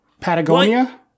Patagonia